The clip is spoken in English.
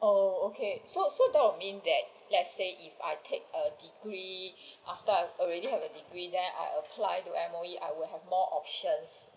oh okay so so that would mean that let's say if I take a degree after I already have a degree then I apply to M_O_E I would have more options